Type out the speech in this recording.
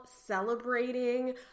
celebrating